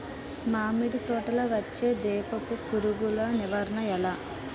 మామిడి తోటలో వచ్చే దీపపు పురుగుల నివారణ ఎలా?